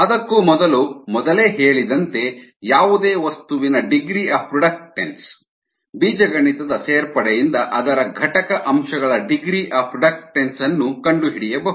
ಅದಕ್ಕೂ ಮೊದಲು ಮೊದಲೇ ಹೇಳಿದಂತೆ ಯಾವುದೇ ವಸ್ತುವಿನ ಡಿಗ್ರೀ ಆಫ್ ರಿಡಕ್ಟನ್ಸ್ ಬೀಜಗಣಿತದ ಸೇರ್ಪಡೆಯಿಂದ ಅದರ ಘಟಕ ಅಂಶಗಳ ಡಿಗ್ರೀ ಆಫ್ ರಿಡಕ್ಟನ್ಸ್ ಅನ್ನು ಕಂಡುಹಿಡಿಯಬಹುದು